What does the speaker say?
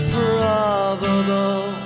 probable